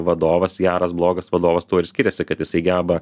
vadovas geras blogas vadovas tuo ir skiriasi kad jisai geba